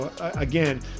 Again